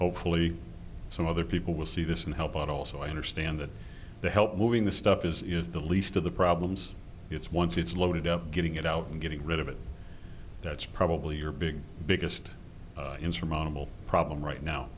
hopefully some other people will see this and help but also i understand that the help moving the stuff is is the least of the problems it's once it's loaded up getting it out and getting rid of it that's probably your big biggest insurmountable problem right now